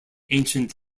ancient